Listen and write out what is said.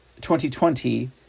2020